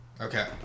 Okay